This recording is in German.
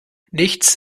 nichts